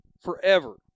Forever